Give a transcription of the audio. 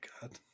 God